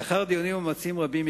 לאחר דיונים ומאמצים רבים,